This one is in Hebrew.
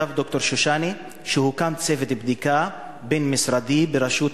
כתב ד"ר שושני שהוקם צוות בדיקה בין-משרדי בראשות